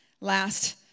Last